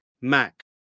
Mac